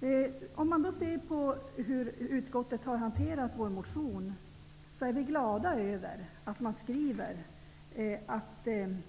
När vi ser på hur utskottet har hanterat vår motion är vi glada över att man skriver att den